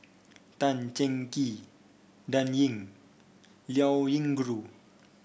Tan Cheng Kee Dan Ying Liao Yingru